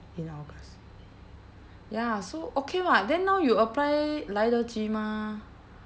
in august ya so okay [what] then now you apply 来得及 mah